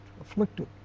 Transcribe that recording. afflicted